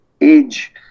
age